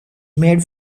made